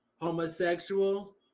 homosexual